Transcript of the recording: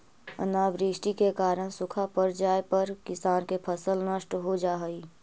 अनावृष्टि के कारण सूखा पड़ जाए पर किसान के फसल नष्ट हो जा हइ